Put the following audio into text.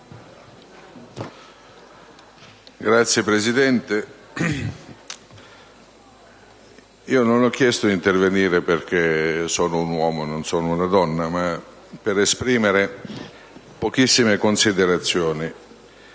Signor Presidente, non ho chiesto di intervenire perché sono un uomo e non una donna, ma per esprimere pochissime considerazioni.